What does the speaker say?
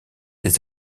des